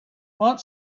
want